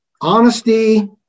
honesty